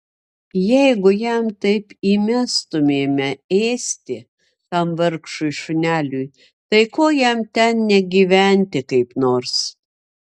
jeigu jam taip įmestumėme ėsti tam vargšui šuneliui tai ko jam ten negyventi kaip nors